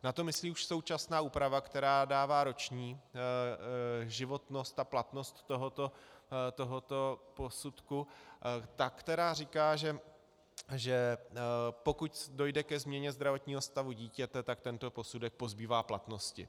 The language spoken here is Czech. Na to myslí už současná úprava, která dává roční životnost a platnost tohoto posudku, ta, která říká, že pokud dojde ke změně zdravotního stavu dítěte, tak tento posudek pozbývá platnosti.